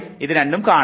5 5 കാണുന്നു